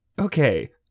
okay